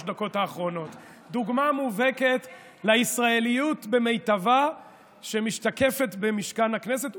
הדקות האחרונות דוגמה מובהקת לישראליות במיטבה שמשתקפת במשכן הכנסת,